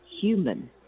human